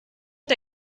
auf